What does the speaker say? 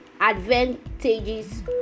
advantages